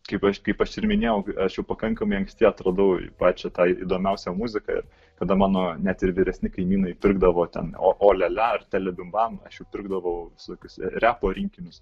kaip aš kaip aš ir minėjau aš jau pakankamai anksti atradau pačią tą įdomiausią muziką ir kada mano net ir vyresni kaimynai pirkdavo ten olialia ar telebimbam aš pirkdavau visokius repo rinkinius